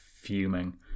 fuming